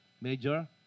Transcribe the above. Major